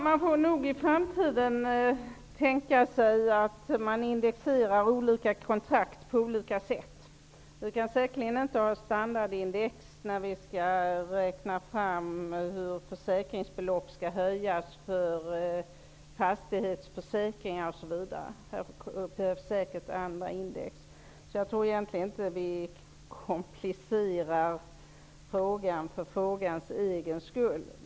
Herr talman! I framtiden får man nog tänka sig en indexering av olika kontrakt på olika sätt. Vi kan säkerligen inte ha standardindex när vi skall räkna fram hur försäkringsbelopp för fastighetsförsäkringar osv. skall höjas. Då behövs det säkert andra index. Således tror jag inte att vi komplicerar frågan för frågans egen skull.